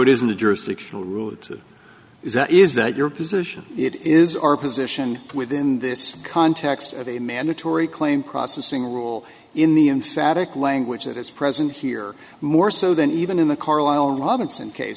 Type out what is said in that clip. it isn't a jurisdictional rule it is that is that your position it is our position within this context of a mandatory claim processing rule in the emphatic language that is present here more so than even in the carlisle robinson case